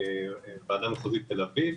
והוועדה המחוזית תל אביב,